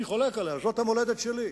אני חולק עליה, זו המולדת שלי,